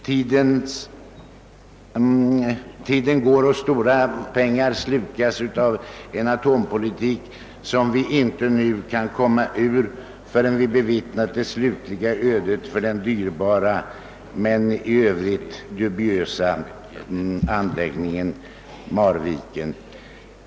Tiden går och stora pengar slukas av en atompolitik som vi inte kan komma ifrån förrän vi bevittnat det slutliga ödet för den dyrbara men i övrigt dubiösa anläggningen Marviken.